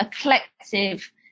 collective